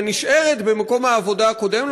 אלא נשארת במקום העבודה הקודם,